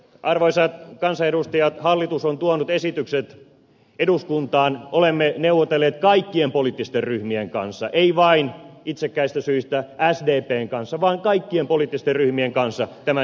arvoisat kansanedustajat hallitus on tuonut esitykset eduskuntaan olemme neuvotelleet kaikkien poliittisten ryhmien kanssa ei vain itsekkäistä syistä sdpn kanssa vaan kaikkien poliittisten ryhmien kanssa tämän sisällöstä